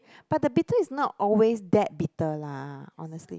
but the bitter is not always that bitter lah honestly